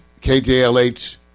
KJLH